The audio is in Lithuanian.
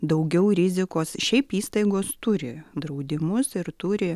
daugiau rizikos šiaip įstaigos turi draudimus ir turi